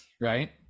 right